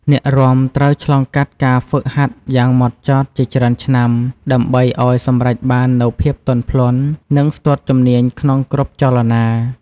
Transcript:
អ្នករាំត្រូវឆ្លងកាត់ការហ្វឹកហាត់យ៉ាងហ្មត់ចត់ជាច្រើនឆ្នាំ ដើម្បីឱ្យសម្រេចបាននូវភាពទន់ភ្លន់ និងស្ទាត់ជំនាញក្នុងគ្រប់ចលនា។